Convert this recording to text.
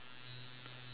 two